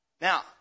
Now